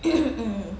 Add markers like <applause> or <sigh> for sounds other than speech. <coughs>